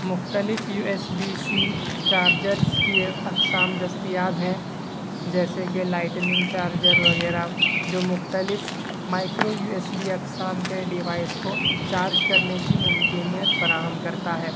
مختلف U S B C chargers کی اقسام دستیاب ہیں جیسے کہ لائیٹننگ چارجر وغیرہ جو مختلف مائکرو یو ایس بی اقسام کے ڈیوائیس کو چارج کرنے کی ممکنیت فراہم کرتا ہے